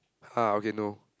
ha okay no